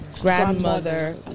grandmother